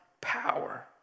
power